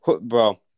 Bro